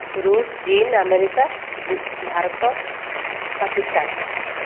ଋଷ୍ ଚୀନ୍ ଆମେରିକା ଭାରତ ପାକିସ୍ତାନ୍